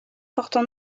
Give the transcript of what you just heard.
portant